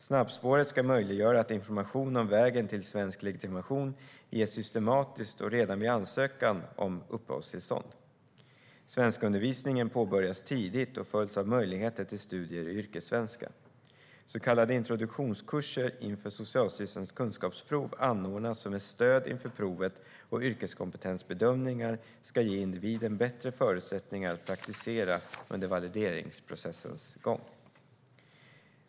Snabbspåret ska möjliggöra att information om vägen till svensk legitimation ges systematiskt och redan vid ansökan om uppehållstillstånd. Svenskundervisningen påbörjas tidigt och följs av möjligheter till studier i yrkessvenska. Så kallade introduktionskurser inför Socialstyrelsens kunskapsprov anordnas som ett stöd inför provet och yrkeskompetensbedömningar ska ge individen bättre förutsättningar att praktisera under valideringsprocessens gång.